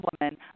woman